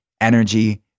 energy